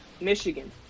Michigan